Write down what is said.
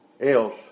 else